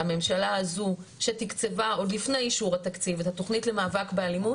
הממשלה הזו שתקצבה עוד לפני אישור התקציב את התכנית למאבק באלימות,